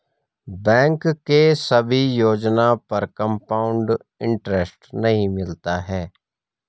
bank के सभी योजना पर कंपाउड इन्टरेस्ट नहीं मिलता है